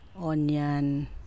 onion